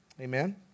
Amen